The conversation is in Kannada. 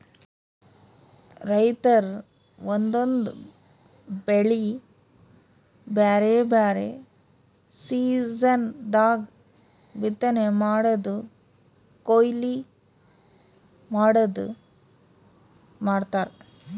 ರೈತರ್ ಒಂದೊಂದ್ ಬೆಳಿ ಬ್ಯಾರೆ ಬ್ಯಾರೆ ಸೀಸನ್ ದಾಗ್ ಬಿತ್ತನೆ ಮಾಡದು ಕೊಯ್ಲಿ ಮಾಡದು ಮಾಡ್ತಾರ್